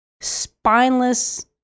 spineless